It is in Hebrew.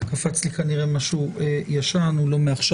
קפץ לי כנראה משהו ישן שהוא לא מעכשיו.